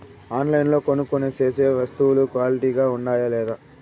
ఆన్లైన్లో కొనుక్కొనే సేసే వస్తువులు క్వాలిటీ గా ఉండాయా లేదా?